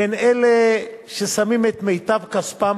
בין אלה ששמים את מיטב כספם